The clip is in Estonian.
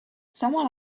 samal